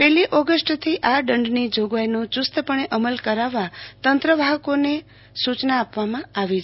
પેલી ઓગસ્ટ થી આ દંડની જોગવાઈનો યુસ્તપણે અમલ કરાવવા તંત્ર વાહકોને સુચના આપવામાં આવી છે